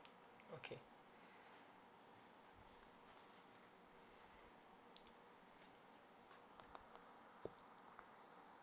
okay